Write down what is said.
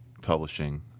publishing